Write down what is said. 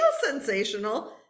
sensational